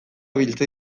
biltzen